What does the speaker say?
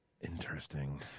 interesting